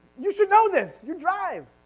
you should know this, you drive.